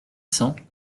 cents